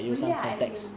really ah as in